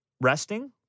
resting